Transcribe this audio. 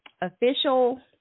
official